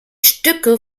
stücke